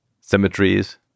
symmetries